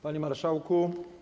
Panie Marszałku!